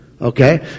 Okay